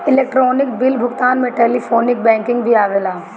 electronic bill भुगतान में telephonic banking भी आवेला